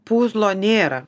puzlo nėra